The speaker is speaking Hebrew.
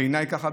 בעיניי ככה,